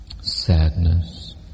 sadness